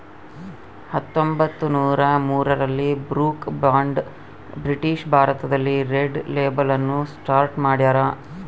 ಹತ್ತೊಂಬತ್ತುನೂರ ಮೂರರಲ್ಲಿ Brooke Bond British ಭಾರತದಲ್ಲಿ ರೆಡ್ ಲೇಬಲ್ ಅನ್ನು ಸ್ಟಾರ್ಟ್ ಮಾಡ್ಯಾರ